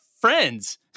friends